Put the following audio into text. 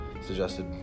suggested